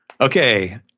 okay